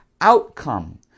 outcome